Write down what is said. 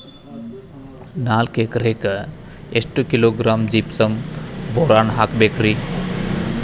ನಾಲ್ಕು ಎಕರೆಕ್ಕ ಎಷ್ಟು ಕಿಲೋಗ್ರಾಂ ಜಿಪ್ಸಮ್ ಬೋರಾನ್ ಹಾಕಬೇಕು ರಿ?